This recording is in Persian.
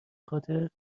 خاطر